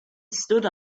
stood